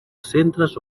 centres